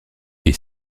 est